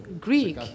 Greek